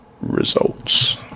results